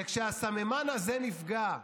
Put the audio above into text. וכשהסממן הזה נפגע,